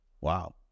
Wow